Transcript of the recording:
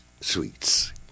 sweets